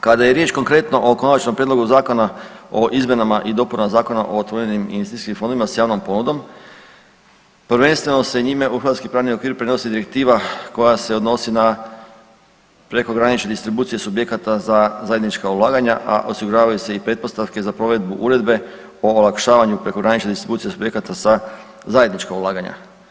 Kada je riječ konkretno o Konačnom prijedlogu Zakona o izmjenama i dopunama Zakona o otvorenim investicijskim fondovima s javnom ponudom prvenstveno se njime u hrvatski pravni okvir prenosi direktiva koja se odnosi na prekogranične distribucije subjekata za zajednička ulaganja, a osiguravaju se i pretpostavke za provedbu uredbe o olakšavanju prekogranične distribucije subjekata za zajednička ulaganja.